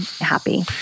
happy